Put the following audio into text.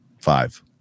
Five